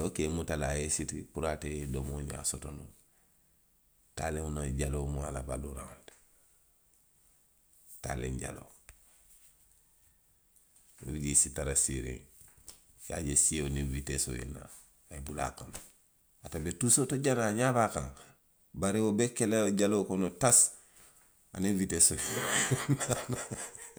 wo ka i muta le a ye i siti puru ate ye i domo ňaa soto noo. Taaliŋo la jaloo mu a la baluuraŋo le ti. taaliŋ jaloo, i niŋ si tara siiriŋ. i ye a je sio niŋ witeesoo ye naa, a ye bula a kono. Ate be tuusoo to janaŋ, a ňaa be a kaŋ. Bari i be ke la jaloo kono tasi, aniŋ witeesoo.